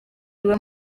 iwe